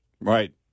Right